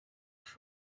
上述